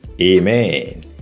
Amen